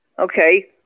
Okay